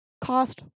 cost